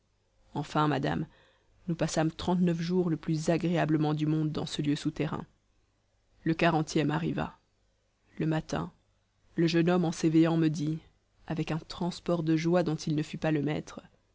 enfin madame nous passâmes trente-neuf jours le plus agréablement du monde dans ce lieu souterrain le quarantième arriva le matin le jeune homme en s'éveillant me dit avec un transport de joie dont il ne fut pas le maître